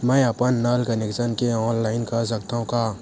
मैं अपन नल कनेक्शन के ऑनलाइन कर सकथव का?